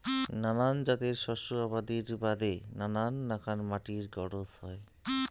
নানান জাতের শস্য আবাদির বাদি নানান নাকান মাটির গরোজ হই